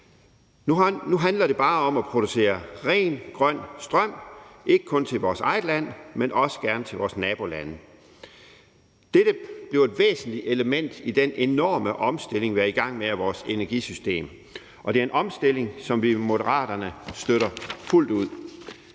Nu handler det bare om at producere ren grøn strøm, ikke kun til vores eget land, men også gerne til vores nabolande. Dette bliver et væsentligt element i den enorme omstilling af vores energisystem, vi er i gang med. Det er en omstilling, som vi i Moderaterne støtter fuldt ud.